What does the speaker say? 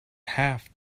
half